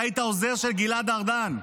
אתה היית העוזר של גלעד ארדן.